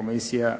komisija,